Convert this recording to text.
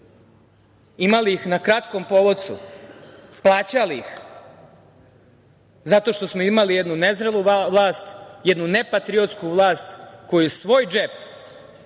imali ih na kratkom povocu, plaćali ih, zato što smo imali jednu nezrelu vlast, jednu nepatriotsku vlast koji svoj džep,